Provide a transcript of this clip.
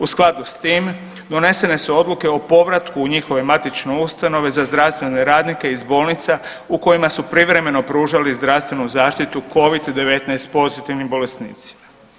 U skladu s tim, donesene su odluke o povratku u njihove matične ustanove za zdravstvene radnike iz bolnica u kojima su privremeno pružali zdravstvenu zaštitu Covid-19 pozitivnih bolesnici.